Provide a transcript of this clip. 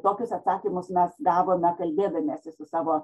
tokius atsakymus mes gavome kalbėdamiesi su savo